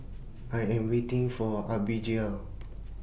I Am waiting For Abbigail